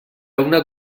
una